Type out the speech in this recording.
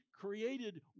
created